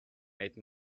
made